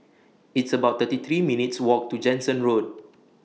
It's about thirty three minutes' Walk to Jansen Road